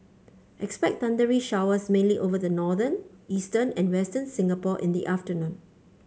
expect thundery showers mainly over the northern eastern and western Singapore in the afternoon